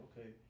okay